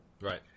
Right